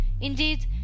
Indeed